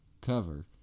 cover